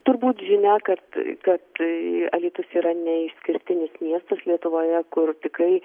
turbūt žinia kad kad alytus yra ne išskirtinis miestas lietuvoje kur tikrai